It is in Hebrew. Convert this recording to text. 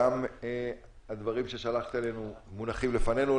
גם הדברים ששלחת אלינו מונחים לפנינו.